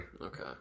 Okay